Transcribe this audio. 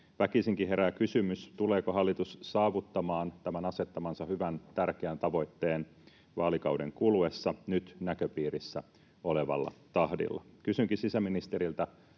Väkisinkin herää kysymys, tuleeko hallitus saavuttamaan tämän asettamansa hyvän, tärkeän tavoitteen vaalikauden kuluessa nyt näköpiirissä olevalla tahdilla. Kysynkin sisäministeriltä: